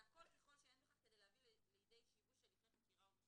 והכול כשאין בכך כדי לפגוע בהליכי חקירה ומשפט,